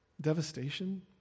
devastation